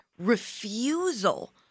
Refusal